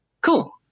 cool